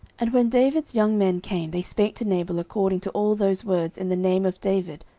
and when david's young men came, they spake to nabal according to all those words in the name of david,